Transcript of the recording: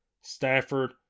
Stafford